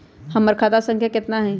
हमर खाता संख्या केतना हई?